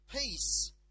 peace